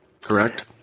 Correct